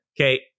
Okay